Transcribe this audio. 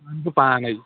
بہٕ پانَے